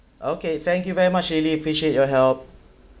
okay thank you very much lily appreciate your help